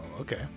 okay